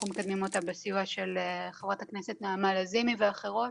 מקדמים אותה בסיוע של חברת הכנסת נעמה לזימי ואחרות